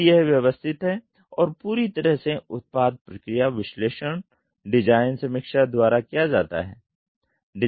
तो यह व्यवस्थित है और पूरी तरह से उत्पाद प्रक्रिया विश्लेषण डिज़ाइन समीक्षा द्वारा किया जाता है